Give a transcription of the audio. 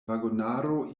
vagonaro